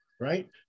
right